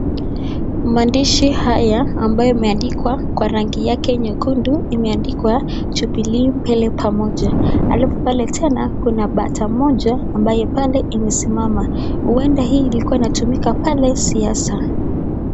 Maandishi haya ambayo imeandikwa kwa rangi nyekundu imeandikwa Jubilee mbele pamoja. Alafu pale tena kuna bata mmoja ambaye pale imesimama, huenda hii ilikuwa inatumika pale siasa.